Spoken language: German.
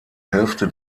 hälfte